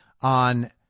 on